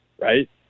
Right